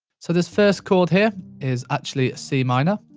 so this first chord here is actually a c minor.